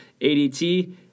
ADT